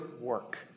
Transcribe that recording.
work